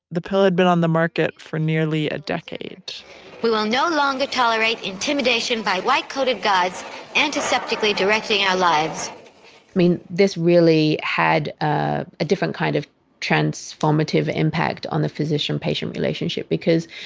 the pill had been on the market for nearly a decade we will no longer tolerate intimidation by white-coated god's antiseptically directing our lives. i mean this really had ah a different kind of transformative impact on the physician-patient relationship because